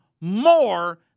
more